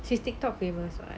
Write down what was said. she's TikTok famous [what]